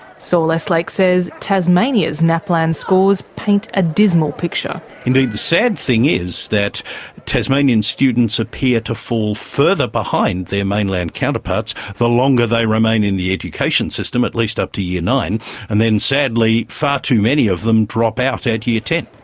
saul eslake says tasmania's naplan scores paint a dismal picture. indeed the sad thing is that tasmanian students appear to fall further behind their mainland counterparts the longer they remain in the education system. at least up to year nine and then sadly far too many of them drop out at year ten.